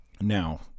Now